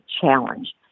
challenge